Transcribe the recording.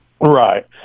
Right